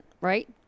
right